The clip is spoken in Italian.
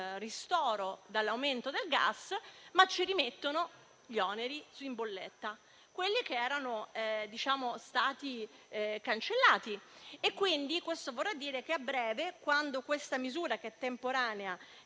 ristoro dall'aumento del gas, ma vengono rimessi gli oneri in bolletta che erano stati cancellati. Questo vorrà dire che a breve, quando questa misura, che è temporanea,